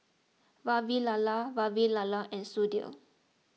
Vavilala Vavilala and Sudhir